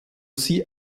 sie